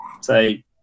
say